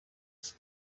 iki